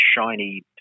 shiny